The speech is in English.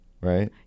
right